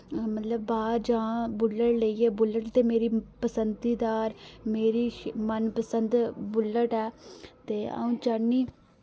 मतलब बाह्र जां बुल्लट लेइयै बुल्लट ते मेरी पसन्दीदार मेरी मनपसंद बुल्लट ऐ ते अ'ऊं चाह्न्नीं